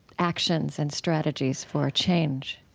actions and strategies for change